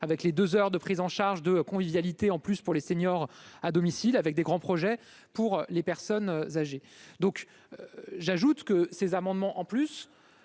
avec les 2 heures de prise en charge de convivialité en plus pour les seniors à domicile avec des grands projets pour les personnes âgées, donc j'ajoute que ces amendements en plus